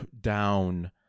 down